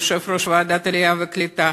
יושב-ראש ועדת העלייה והקליטה,